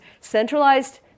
centralized